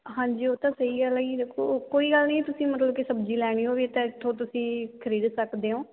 ਹਾਂਜੀ ਉਹ ਤਾਂ ਸਹੀ ਗੱਲ ਹੈ ਜੀ ਦੇਖੋ ਕੋਈ ਗੱਲ ਨਹੀਂ ਤੁਸੀਂ ਮਤਲਬ ਕਿ ਸਬਜ਼ੀ ਲੈਣੀ ਹੋਵੇ ਤਾਂ ਇੱਥੋਂ ਤੁਸੀਂ ਖਰੀਦ ਸਕਦੇ ਹੋ